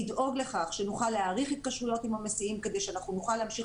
לדאוג לכך שנוכל להאריך התקשרויות עם המסיעים כדי שנוכל להמשיך